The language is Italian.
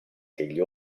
degli